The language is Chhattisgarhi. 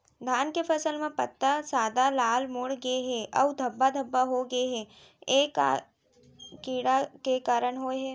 धान के फसल म पत्ता सादा, लाल, मुड़ गे हे अऊ धब्बा धब्बा होगे हे, ए का कीड़ा के कारण होय हे?